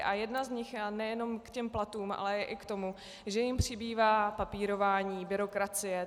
A jedna z nich je nejenom k platům, ale i k tomu, že jim přibývá papírování, byrokracie.